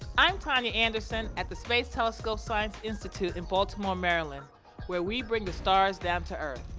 i'm tania anderson at the space telescope science institute in baltimore, md where we bring the stars down to earth.